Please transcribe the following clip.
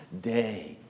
day